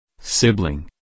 Sibling